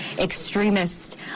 extremist